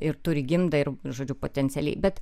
ir turi gimdą ir žodžiu potencialiai bet